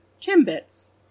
Timbits